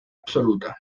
absoluta